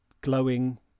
glowing